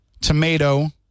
tomato